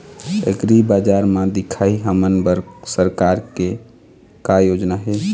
एग्रीबजार म दिखाही हमन बर सरकार के का योजना हे?